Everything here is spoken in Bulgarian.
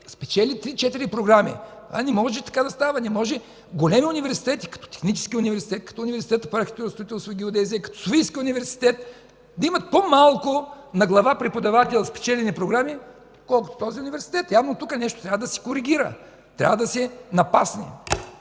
спечели 3 – 4 програми. Това не може да става така. Не може големи университети като Техническия университет, като Университета по архитектура, строителство и геодезия, като Софийския университет да имат по-малко на глава преподавател спечелени програми, отколкото този университет. Явно тук нещо трябва да се коригира, трябва да се напасне.